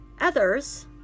others